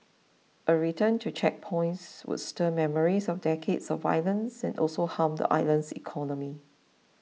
a return to checkpoints would stir memories of decades of violence and also harm the island's economy